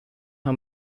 how